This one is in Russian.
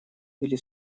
или